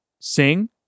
Sing